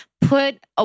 put